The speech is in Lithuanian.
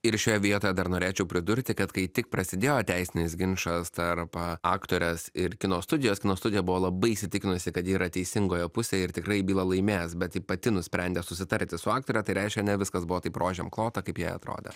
ir šioje vietoje dar norėčiau pridurti kad kai tik prasidėjo teisinis ginčas tarp aktorės ir kino studijos kino studija buvo labai įsitikinusi kad ji yra teisingoje pusėje ir tikrai bylą laimės bet ji pati nusprendė susitarti su aktore tai reiškia ne viskas buvo taip rožėm klota kaip jai atrodė